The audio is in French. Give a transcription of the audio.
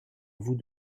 vous